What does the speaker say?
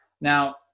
Now